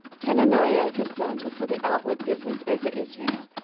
chenaniah and his sons were for the outward business over israel,